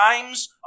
times